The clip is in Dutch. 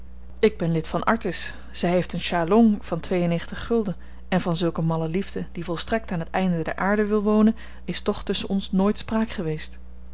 ik ben lid van artis zy heeft een sjaallong van twee en negentig gulden en van zulk een malle liefde die volstrekt aan het einde der aarde wil wonen is toch tusschen ons nooit spraak geweest